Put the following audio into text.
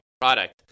product